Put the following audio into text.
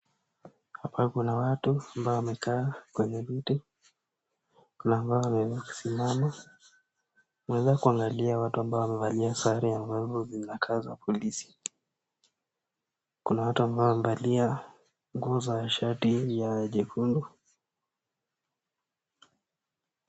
Hapa kuna watu ambao wamekaa kwenye viti, kuna wao wameamua kusimama. Unaweza kuangalia watu ambao wamevalia sare ambazo zinakaa za polisi. Kuna watu ambao wamevalia nguo za shati nyekundu.